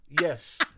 yes